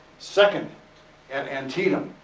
second at antietam.